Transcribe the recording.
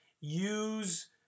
use